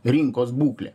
rinkos būklė